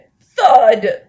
thud